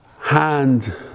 hand